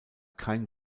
kein